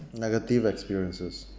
negative experiences